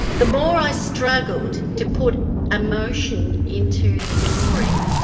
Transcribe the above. the more i struggled to put emotion into the drawing,